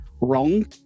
wrong